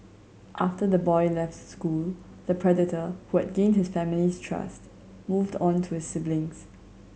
after the boy left the school the predator who had gained the family's trust moved on to his siblings